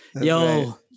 Yo